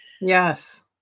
Yes